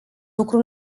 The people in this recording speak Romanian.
lucru